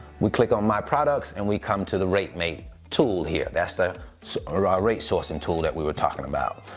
we click on my products and we come to the rate mate tool here. that's the so ah rate sourcing tool that we were talking about.